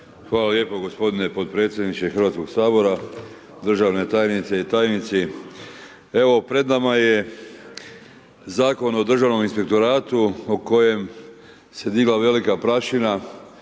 Hvala lijepo g. potpredsjedniče Hrvatskog sabora. Državna tajnice i tajnici, evo pred nama je zakon o državnom inspektoratu o kojem se digla velike prašina,